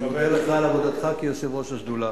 על עבודתך כיושב-ראש השדולה.